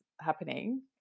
happening